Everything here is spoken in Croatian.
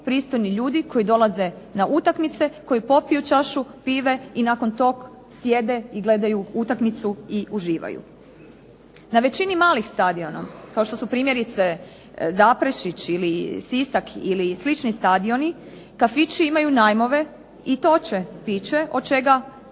pristojni ljudi koji dolaze na utakmice, koji popiju čašu pive i nakon tog sjede i gledaju utakmicu i uživaju. Na većini malih stadiona kao što su primjerice Zaprešić ili Sisak ili slični stadioni kafići imaju najmove i toče piće od čega zarađuju